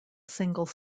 single